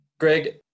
Greg